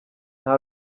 nta